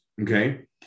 okay